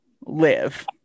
live